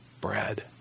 bread